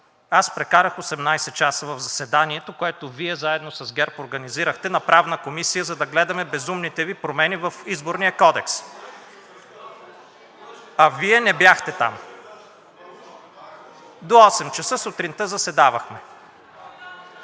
аз прекарах 18 часа в заседанието, което Вие заедно с ГЕРБ организирахте на Правната комисия, за да гледаме безумните Ви промени в Изборния кодекс. А Вие не бяхте там! (Реплики от ДПС: „Лъже!